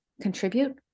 contribute